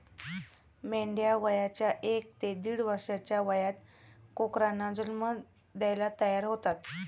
मेंढ्या वयाच्या एक ते दीड वर्षाच्या वयात कोकरांना जन्म द्यायला तयार होतात